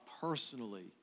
personally